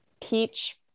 peach